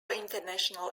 international